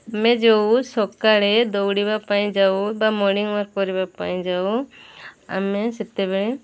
ଆମେ ଯେଉଁ ସକାଳେ ଦୌଡ଼ିବା ପାଇଁ ଯାଉ ବା ମର୍ଣ୍ଣନିଂ ୱାକ୍ କରିବା ପାଇଁ ଯାଉ ଆମେ ସେତେବେଳେ